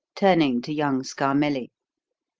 turning to young scarmelli.